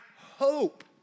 hope